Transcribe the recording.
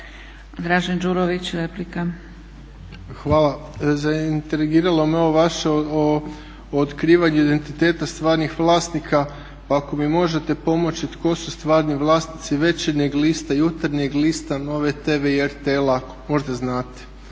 Dražen (HDSSB)** Hvala. Zaintrigiralo me ovo vaše o otkrivanju identiteta stvarnih vlasnika, pa ako mi možete pomoći tko su stvarni vlasnici Večernjeg lista, Jutarnjeg lista, Nove TV i RTL-a ako možda znate.